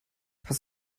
hast